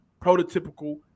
prototypical